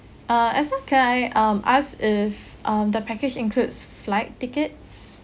uh eh so can I um ask if um the package includes flight tickets